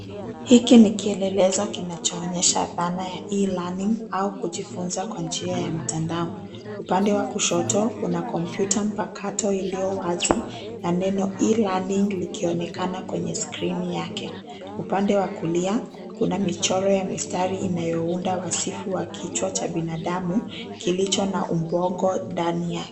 Hiki ni kielelezo kinachoonyesha dhana ya e-learning au kujifunza kwa njia ya mtandao. Upande wa kushoto, kuna kompyuta mpakato iliyo wazi na neno e-learning likionekana kwenye skrini yake. Upande wa kulia, kuna michoro ya mistari inayounda wasifu wa kichwa cha binadamu kilicho na ubongo ndani yake.